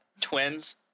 Twins